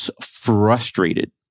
frustrated